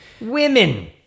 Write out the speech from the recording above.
women